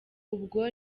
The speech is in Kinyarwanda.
ubwo